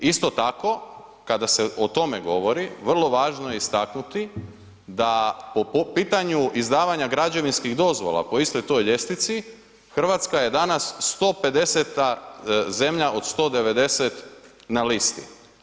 Isto tako kada se o tome govori vrlo važno je istaknuti da po pitanju izdavanja građevinskih dozvola po istoj toj ljestvici, Hrvatska je danas 150. zemlja od 190 na listi.